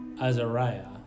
Azariah